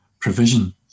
provision